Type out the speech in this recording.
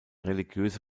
religiöse